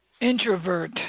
Introvert